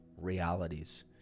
realities